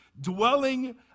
dwelling